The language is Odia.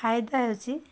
ଫାଇଦା ହେଉଛିି